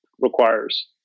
requires